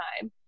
time